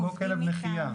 זה כמו כלב נחייה.